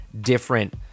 different